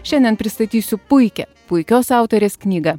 šiandien pristatysiu puikią puikios autorės knygą